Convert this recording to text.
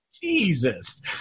jesus